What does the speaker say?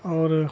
और